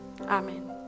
Amen